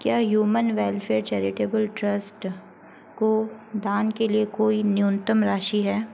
क्या human welfare charitable trust को दान के लिए कोई न्यूनतम राशि है